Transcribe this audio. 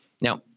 Now